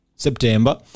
September